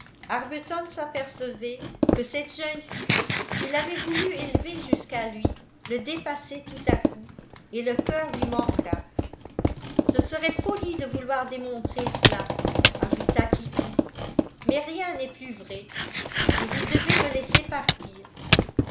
arbuton s'apercevait que cette jeune fille qu'il avait voulu élever jusqu'à lui le dépassait tout à coup et le cœur lui manqua ce serait folie de vouloir démontrer cela ajouta kitty mais rien n'est plus vrai et vous devez me laisser partir